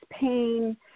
pain